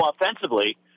offensively